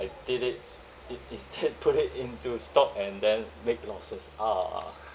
I did it i~ instead put it into stock and then make losses a'ah